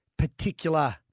particular